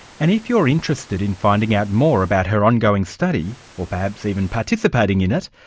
and if you're interested in finding out more about her ongoing study, or perhaps even participating in it,